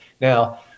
Now